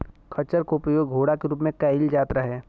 खच्चर क उपयोग जोड़ा के रूप में कैईल जात रहे